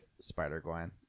Spider-Gwen